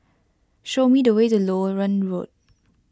show me the way to Loewen Road